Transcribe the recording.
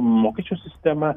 mokesčių sistema